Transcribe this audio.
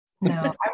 no